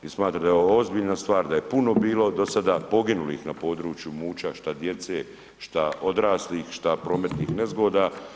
I smatram da je ovo ozbiljna stvar, da je puno bilo do sada poginulih na području Muća šta djece, šta odraslih, šta prometnih nezgoda.